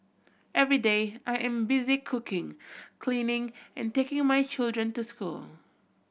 every day I am busy cooking cleaning and taking my children to school